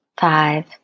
five